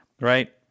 right